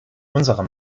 unserer